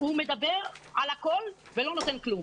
מדבר על הכול ולא נותן כלום.